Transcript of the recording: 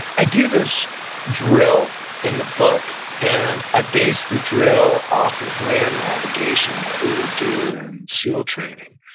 i do this drill in the book, and i based the drill off of land navigation that we would do in seal training.